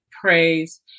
praise